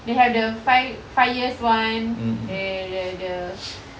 they have the five five years one then the the